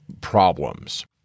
problems